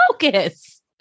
focus